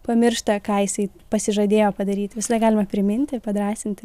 pamiršta ką jisai pasižadėjo padaryti visada galima priminti ir padrąsinti